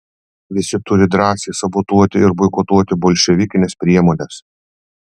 visi turi drąsiai sabotuoti ir boikotuoti bolševikines priemones